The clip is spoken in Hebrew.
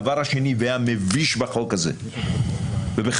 הדבר השני והמביש בחוק הזה זה ייצוג נשים.